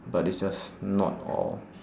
but it's just not all